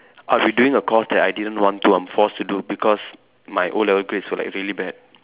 I would be doing a course that I didn't want to I'm forced to do because my o-level grades were like really bad